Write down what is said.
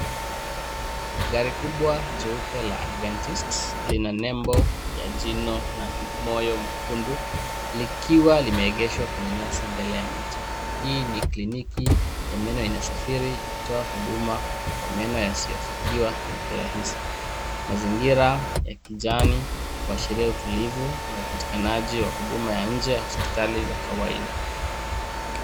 Gari kubwa jeupe la Adventist lina lebo ya jino na moyo mwekundu likiwa limeengeshwa kwenye nyasi mbele ya miti. Hii ni kliniki ya meno inasafiri ikitoa huduma kwa meno yasiyofikiwa kirahisi. Mazingira ya kijani kuashiria utulivu na upatikanaji wa huduma ya nje hospitali za kawaida.